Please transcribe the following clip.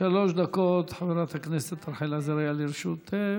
שלוש דקות, חברת הכנסת רחל עזריה, לרשותך.